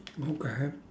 okay